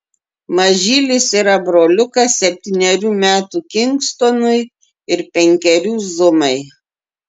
mažylis yra broliukas septynerių metų kingstonui ir penkerių zumai